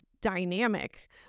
dynamic